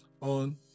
on